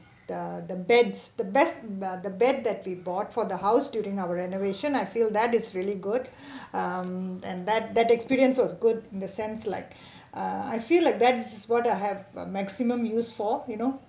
the the beds the best uh the bed that we bought for the house during our renovation I feel that is really good um and that that experience was good in the sense like uh I feel like beds is what I have maximum use for you know